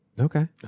Okay